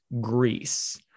Greece